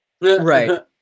right